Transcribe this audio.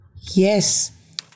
Yes